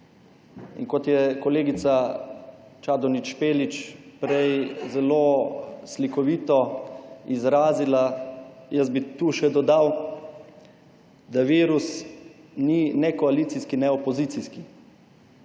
se je kolegica Čadonič Špelič prej zelo slikovito izrazila, jaz bi tu še dodal, da virus ni ne koalicijski ne opozicijski.